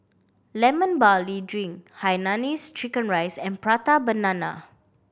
Lemon Barley Drink hainanese chicken rice and Prata Banana